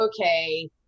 okay